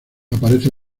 aparece